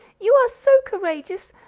you are so courageous,